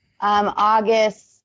august